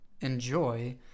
enjoy